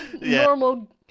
normal